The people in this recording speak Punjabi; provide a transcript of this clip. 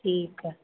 ਠੀਕ ਹੈ